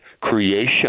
creation